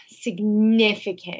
significant